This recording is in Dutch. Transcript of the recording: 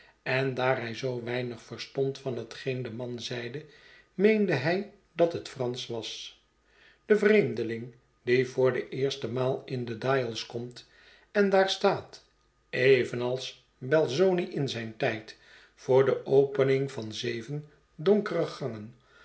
en daar hij zoo weinig verstond van hetgeen de man zeide meende hij dat het fransch was de vreemdeling die voor de eerste maal in de dials komt en daar staat evenals belzoni in zijn tijd voor de opening van zeven donkere gangen